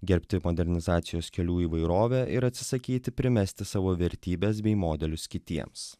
gerbti modernizacijos kelių įvairovę ir atsisakyti primesti savo vertybes bei modelius kitiems